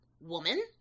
WOMAN